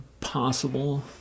Possible